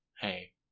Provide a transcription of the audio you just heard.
hey